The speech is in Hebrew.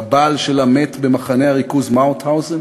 הבעל שלה מת במחנה הריכוז מאוטהאוזן